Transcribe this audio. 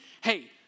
hey